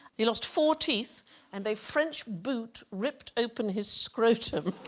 he lost four teeth and a french boot ripped open his scrotum